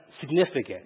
significant